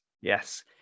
Yes